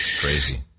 Crazy